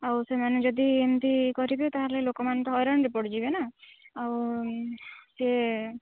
ଆଉ ସେମାନେ ଯଦି ଏମିତି କରିବେ ତା'ହେଲେ ଲୋକମାନେ ତ ହଇରାଣରେ ପଡ଼ିଯିବେ ନା ଆଉ ସିଏ